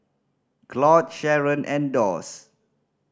Claud Sheron and Doss